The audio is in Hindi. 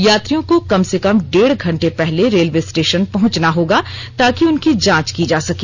यात्रियों को कम से कम डेढ़ घंटे पहले रेलवे स्टेशन पहुंचना होगा ताकि उनकी जांच की जा सके